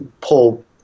pull